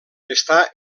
està